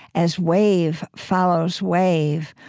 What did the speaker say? as wave follows wave,